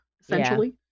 essentially